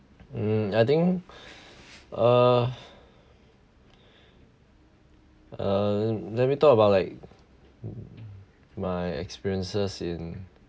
mm I think uh uh let me talk about like my experiences in